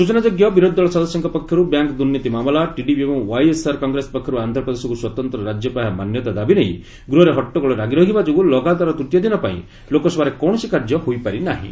ସୂଚନାଯୋଗ୍ୟ ବିରୋଧି ଦଳ ସଦସ୍ୟଙ୍କ ପକ୍ଷର୍ ବ୍ୟାଙ୍କ୍ ଦୁନୀତି ମାମଲା ଟିଡିପି ଏବଂ ୱାଇଏସ୍ଆର୍ କଂଗ୍ରେସ ପକ୍ଷରୁ ଆନ୍ଧ୍ରପ୍ରଦେଶକୃ ସ୍ୱତନ୍ତ୍ର ରାଜ୍ୟ ପାହ୍ୟା ମାନ୍ୟତା ଦାବି ନେଇ ଗୃହରେ ହଟ୍ଟଗୋଳ ଲାଗିରହିବା ଯୋଗୁଁ ଲଗାତର ତୃତୀୟ ଦିନପାଇଁ ଲୋକସଭାରେ କୌଣସି କାର୍ଯ୍ୟ ହୋଇପାରି ନାହିଁ